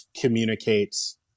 communicates